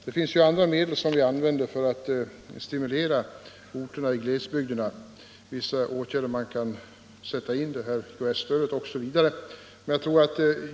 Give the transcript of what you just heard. Det finns ju andra medel som vi använder för att stimulera orter i glesbygderna, IKS-stödet t.ex.